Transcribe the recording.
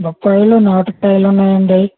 బొప్పాయిలో నాటు కాయలు ఉన్నాయండి